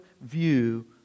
view